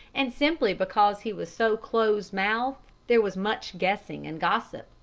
and simply because he was so close-mouthed there was much guessing and gossip,